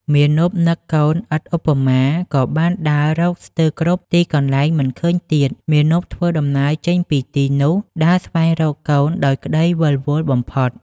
មាណពនឹកកូនឥតឧបមា ក៏បានដើររកស្ទើរគ្រប់ទីកន្លែងមិនឃើញទៀត មាណពធ្វើដំណើរចេញពីទីនោះ ដើរស្វែងរកកូនដោយក្ដីវិលវល់បំផុត ។